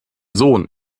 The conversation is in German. sohn